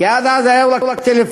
כי עד אז היו רק טלפונים.